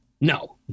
no